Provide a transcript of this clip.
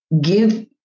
give